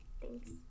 Thanks